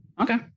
Okay